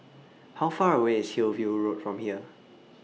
How Far away IS Hillview Road from here